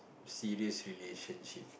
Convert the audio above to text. serious relationship